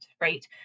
right